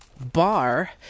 bar